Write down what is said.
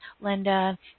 Linda